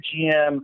GM